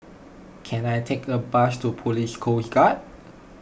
can I take a bus to Police Coast Guard